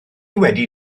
wedi